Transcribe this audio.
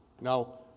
Now